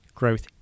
Growth